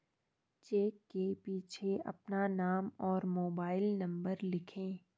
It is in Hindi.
चेक के पीछे अपना नाम और मोबाइल नंबर लिखें